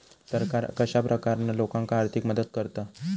सरकार कश्या प्रकारान लोकांक आर्थिक मदत करता?